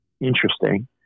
interesting